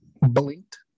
blinked